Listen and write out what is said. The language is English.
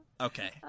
Okay